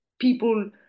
people